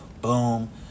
boom